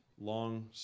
Long